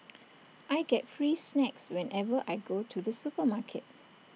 I get free snacks whenever I go to the supermarket